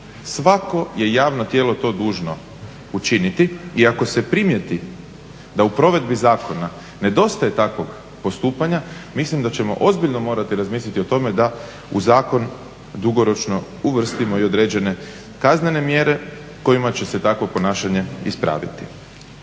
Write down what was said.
Svako je javno tijelo to dužno učiniti i ako se primijeti da u provedbi zakona ne dostaje takvog postupanja, mislim da ćemo morati ozbiljno razmisliti o tome da u zakon dugoročno uvrstimo određene kaznene mjere kojima će se takvo ponašanje ispraviti.